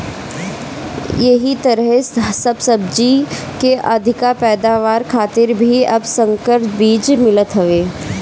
एही तरहे सब सब्जी के अधिका पैदावार खातिर भी अब संकर बीज मिलत हवे